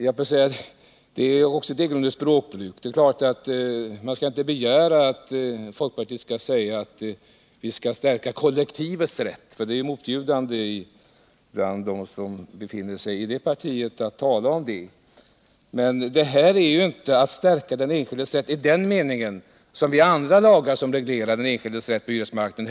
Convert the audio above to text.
Också det är ett egendomligt språkbruk. Det är klart att man inte skall begära att folkpartiet skall säga att vi skall stärka kollektivets rätt — det är ju motbjudande för dem som befinner sig i det partiet att tala om detta. Men det gäller inte att stärka den enskildes rätt i den mening som det är fråga om i andra lagar, som reglerar den enskildes rätt på hyresmarknaden.